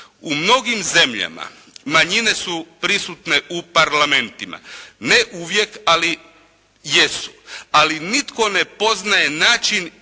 U mnogim zemljama manjine su prisutne u Parlamentima. Ne uvijek ali jesu. Ali nitko ne poznaje način izbora